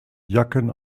jacken